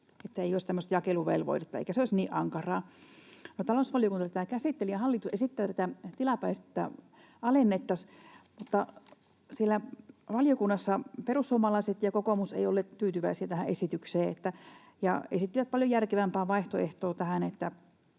jakeluvelvoitetta, eikä se olisi niin ankaraa. No talousvaliokunta tätä käsitteli, ja hallitus esittää, että tätä tilapäisesti alennettaisiin, mutta siellä valiokunnassa perussuomalaiset ja kokoomus eivät olleet tyytyväisiä tähän esitykseen ja esittivät paljon järkevämpää vaihtoehtoa tähän.